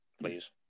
please